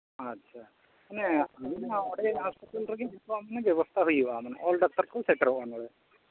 ᱟᱪᱪᱷᱟ ᱢᱟᱱᱮ ᱚᱸᱰᱮ ᱦᱟᱥᱯᱟᱛᱟᱨᱮᱜᱮ ᱡᱷᱚᱛᱚᱣᱟᱜ ᱢᱟᱱᱮ ᱵᱮᱵᱚᱥᱛᱷᱟ ᱦᱩᱭᱩᱜᱼᱟ ᱚᱞ ᱰᱟᱠᱛᱟᱨᱠᱚ ᱥᱮᱴᱮᱨᱚᱜᱼᱟ ᱚᱸᱰᱮ